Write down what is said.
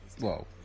Whoa